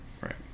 Right